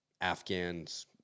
Afghans